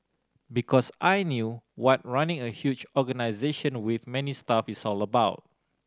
because I knew what running a huge organisation with many staff is all about